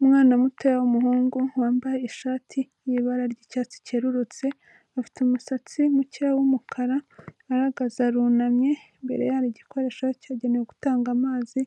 Umwana mutoya w'umuhungu wambaye ishati y'ibara ry'icyatsi cyerurutse, afite umusatsi mukeya w'umukara arahagaze arunamye, imbere ye hari igikoresho cyagenewe gutanga amazi